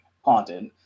haunted